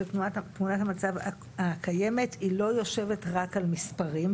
שתמונת המצב הקיימת היא לא יושבת רק על מספרים,